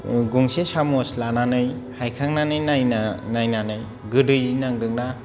गंसे सामुस लानानै हायखांनानै नायना नायनानै गोदै नांदोंना